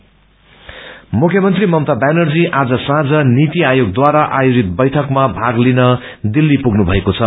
ममवा मुख्यमन्त्री ममता ब्यानर्जी आज साँझ नीति आयोगद्वारा आयोजित बैठकमा भाग लिन दिल्ली पुग्नुभएको छ